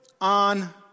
on